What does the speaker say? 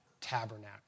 tabernacle